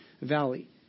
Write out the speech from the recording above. valley